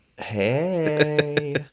hey